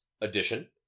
addition